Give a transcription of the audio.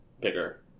bigger